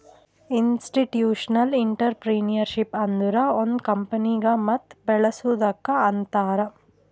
institutional entrepreneurship ಅಂದುರ್ ಒಂದ್ ಕಂಪನಿಗ ಮತ್ ಬೇಳಸದ್ದುಕ್ ಅಂತಾರ್